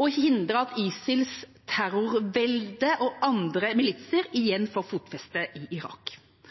og hindre at ISILs terrorvelde og andre militser igjen får fotfeste i Irak.